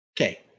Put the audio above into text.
Okay